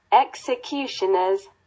executioners